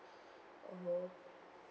oh